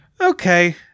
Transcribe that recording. Okay